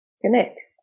connect